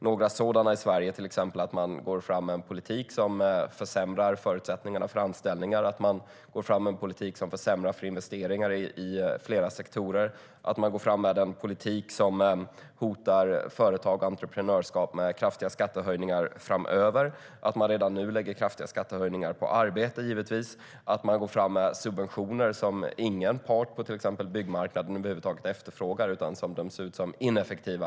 I Sverige är några sådana till exempel att man går fram med en politik som försämrar förutsättningarna för anställningar, att man går fram med politik som försämrar för investeringar i flera sektorer, att man går fram med en politik som hotar företag och entreprenörskap med kraftiga skattehöjningar framöver, att man redan nu lägger kraftiga skattehöjningar på arbete givetvis och att man går fram med subventioner som ingen part, på till exempel byggmarknaden, över huvud taget efterfrågar utan som döms ut som ineffektiva.